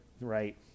right